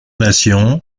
nation